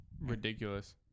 Ridiculous